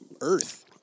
earth